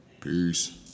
Peace